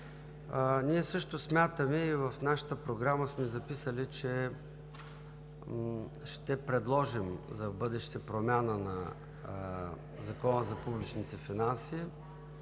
Ние също смятаме и в нашата програма сме записали, че в бъдеще ще предложим промяна на Закона за публичните финанси